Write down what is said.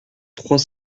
trois